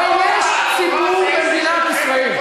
הרי אם יש ציבור במדינת ישראל,